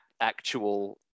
actual